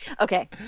Okay